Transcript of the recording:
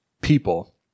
people